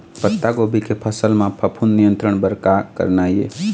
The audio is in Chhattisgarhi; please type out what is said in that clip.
पत्तागोभी के फसल म फफूंद नियंत्रण बर का करना ये?